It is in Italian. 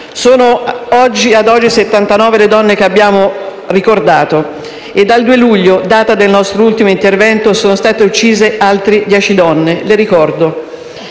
Sono ad oggi 79 le donne che abbiamo ricordato e, dal 2 luglio, data del nostro ultimo intervento, sono state uccise altre 10 donne. Le ricordo: